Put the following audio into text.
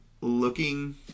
looking